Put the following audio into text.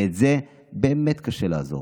ואת זה באמת קשה לעזוב.